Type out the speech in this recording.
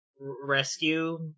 rescue